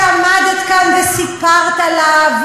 שעמדת כאן וסיפרת עליו,